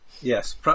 Yes